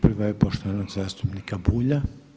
Prva je poštovanog zastupnika Bulja.